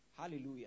Hallelujah